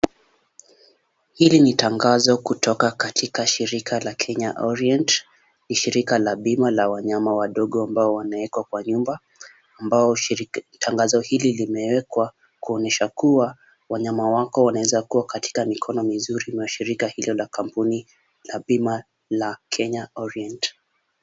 Hili ni tangazo kutoka katika shirika la Kenya Orient. Ni shirika la bima la wanyama wadogo ambao wanawekwa kwa nyumba ambao tangazo hili limewekwa kuonyesha kuwa wanyama wako wanaweza kuwa katika mikono mizuri mwa shirika hilo la kampuni la bima la Kenya Orient.